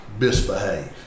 misbehave